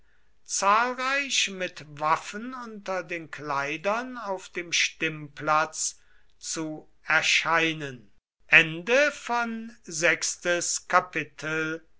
zahlreich mit waffen unter den kleidern auf dem stimmplatz zu erscheinen